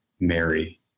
Mary